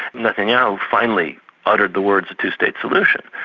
netanyahu finally uttered the words a two-state solution,